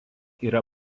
yra